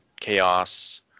Chaos